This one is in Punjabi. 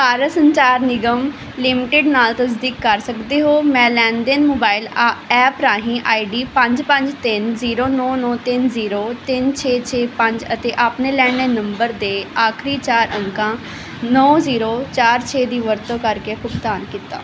ਭਾਰਤ ਸੰਚਾਰ ਨਿਗਮ ਲਿਮਟਿਡ ਨਾਲ ਤਸਦੀਕ ਕਰ ਸਕਦੇ ਹੋ ਮੈਂ ਲੈਣ ਦੇਣ ਮੋਬਾਈਲ ਆ ਐਪ ਰਾਹੀਂ ਆਈਡੀ ਪੰਜ ਪੰਜ ਤਿੰਨ ਜ਼ੀਰੋ ਨੌਂ ਨੌਂ ਤਿੰਨ ਜ਼ੀਰੋ ਤਿੰਨ ਛੇ ਛੇ ਪੰਜ ਅਤੇ ਆਪਣੇ ਲੈਂਡਲਾਈਨ ਨੰਬਰ ਦੇ ਆਖਰੀ ਚਾਰ ਅੰਕਾਂ ਨੌਂ ਜ਼ੀਰੋ ਚਾਰ ਛੇ ਦੀ ਵਰਤੋਂ ਕਰਕੇ ਭੁਗਤਾਨ ਕੀਤਾ